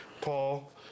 Paul